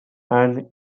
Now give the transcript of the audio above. and